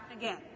again